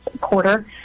quarter